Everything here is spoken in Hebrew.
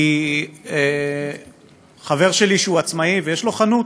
כי חבר שלי שהוא עצמאי ויש לו חנות,